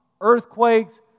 earthquakes